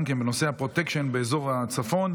גם כן בנושא הפרוטקשן באזור הצפון.